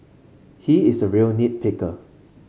he is a real nit picker